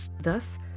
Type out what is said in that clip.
Thus